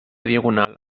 diagonal